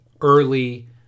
early